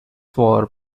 wore